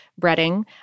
breading